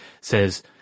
says